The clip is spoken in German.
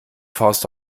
faust